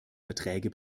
verträge